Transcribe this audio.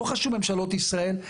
לא חשוב איזה ממשלות ישראל,